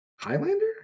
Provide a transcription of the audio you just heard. Highlander